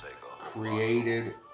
created